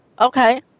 Okay